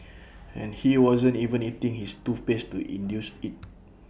and he wasn't even eating his toothpaste to induce IT